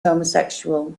homosexual